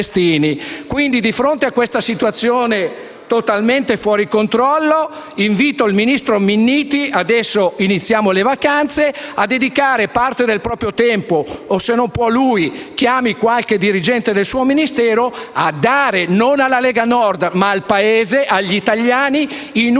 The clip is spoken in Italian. Quindi, di fronte a questa situazione totalmente fuori controllo, invito il ministro Minniti - capisco che adesso iniziamo le vacanze - a dedicare parte del proprio tempo - se non può lui, chiami qualche dirigente del suo Ministero - a dare non alla Lega Nord ma al Paese, agli italiani, i numeri